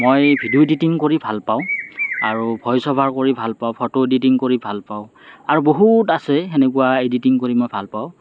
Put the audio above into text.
মই video editing কৰি ভাল পাওঁ আৰু ভইচ অভাৰ কৰি ভাল পাওঁ ফটো ইডিটিং কৰি ভাল পাওঁ আৰু বহুত আছে হেনেকুৱা ইডিটিং কৰি মই ভাল পাওঁ